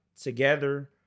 together